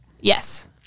Yes